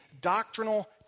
doctrinal